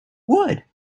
would